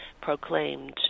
proclaimed